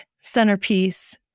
centerpiece